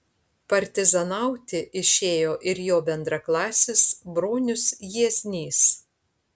partizanauti išėjo ir jo bendraklasis bronius jieznys